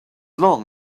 long